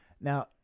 Now